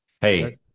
hey